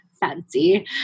fancy